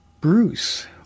Bruce